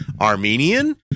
armenian